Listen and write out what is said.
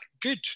good